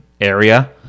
area